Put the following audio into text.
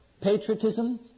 patriotism